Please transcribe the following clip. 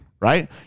Right